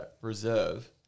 Reserve